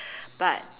but